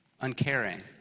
uncaring